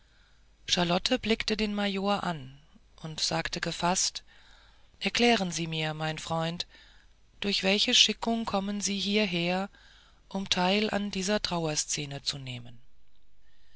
charlotte blickte den major an und sagte gefaßt erklären sie mir mein freund durch welche schickung kommen sie hieher um teil an dieser trauerszene zu nehmen